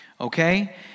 okay